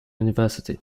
university